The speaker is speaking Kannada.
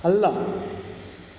ಅಲ್ಲ